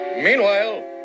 Meanwhile